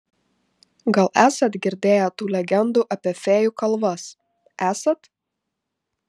gal esat girdėję tų legendų apie fėjų kalvas esat